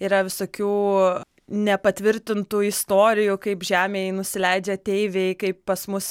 yra visokių nepatvirtintų istorijų kaip žemėje nusileidžia ateiviai kaip pas mus